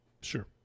Sure